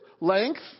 length